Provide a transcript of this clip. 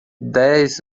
dez